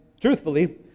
truthfully